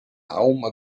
alma